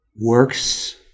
works